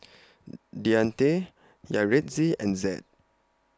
Deante Yaretzi and Zed